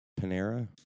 Panera